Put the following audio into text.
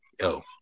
yo